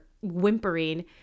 whimpering